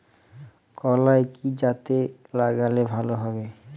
কলাই কি জাতে লাগালে ভালো হবে?